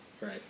Right